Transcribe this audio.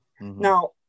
now